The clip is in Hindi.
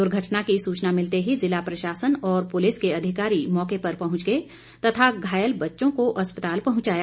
दुर्घटना की सूचना मिलते ही जिला प्रशासन और पुलिस के अधिकारी मौके पर पहुंच गए तथा घायल बच्चों को अस्पताल पहुंचाया